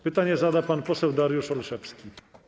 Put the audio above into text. Pytanie zada pan poseł Dariusz Olszewski.